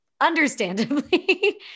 understandably